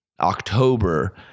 October